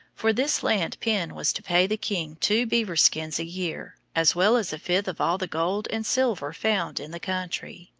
for this land penn was to pay the king two beaver-skins a-year, as well as a fifth of all the gold and silver found in the country.